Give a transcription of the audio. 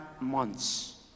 months